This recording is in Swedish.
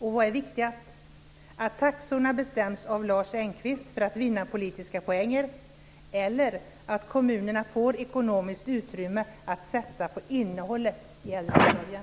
Är det viktigast att taxorna bestäms av Lars Engqvist för att han ska vinna politiska poäng eller att kommunerna får ekonomiskt utrymme att satsa på innehållet i äldreomsorgen?